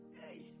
Hey